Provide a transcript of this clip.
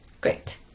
Great